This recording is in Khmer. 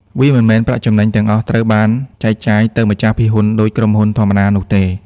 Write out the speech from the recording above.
វាមិនមែនប្រាក់ចំណេញទាំងអស់ត្រូវបានចែកចាយទៅម្ចាស់ភាគហ៊ុនដូចក្រុមហ៊ុនធម្មតានោះទេ។